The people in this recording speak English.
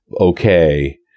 Okay